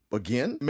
again